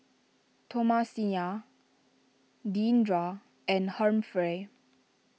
Thomasina Deandra and Humphrey